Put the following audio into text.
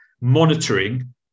monitoring